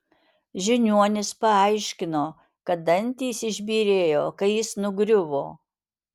žiniuonis paaiškino kad dantys išbyrėjo kai jis nugriuvo